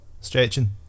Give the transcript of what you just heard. Stretching